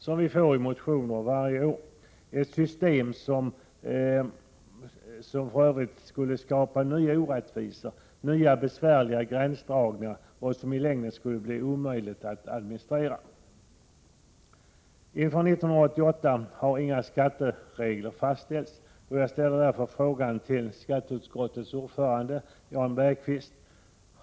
som väcks varje år, ett system som för övrigt skulle skapa nya orättvisor, nya besvärliga gränsdragningar och som i längden skulle vara omöjligt att administrera. Inför 1989 har inga skatteregler fastställts. Jag ställer därför följande fråga till skatteutskottets ordförande Jan Bergqvist.